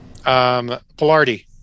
Pilardi